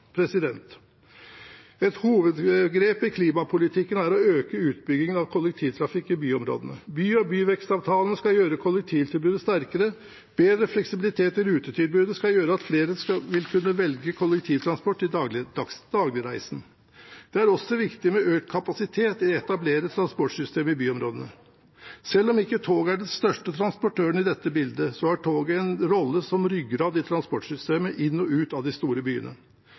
2018. Et hovedgrep i klimapolitikken er å øke utbyggingen av kollektivtrafikk i byområdene. By- og byvekstavtalene skal gjøre kollektivtilbudet sterkere, og bedre fleksibilitet i rutetilbudene skal gjøre at flere vil kunne velge kollektivtransport til dagligreisen. Det er også viktig med økt kapasitet ved etablering av transportsystemer i byområdene. Selv om toget ikke er den største transportøren i dette bildet, har toget en rolle som ryggrad i transportsystemet inn og ut av de store byene.